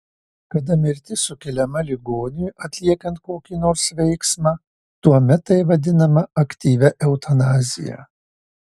kada mirtis sukeliama ligoniui atliekant kokį nors veiksmą tuomet tai vadinama aktyvia eutanazija